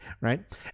Right